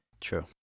True